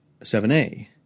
7a